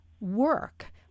work